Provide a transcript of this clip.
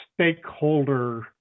stakeholder